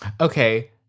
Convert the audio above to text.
Okay